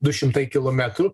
du šimtai kilometrų